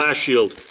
ah shield.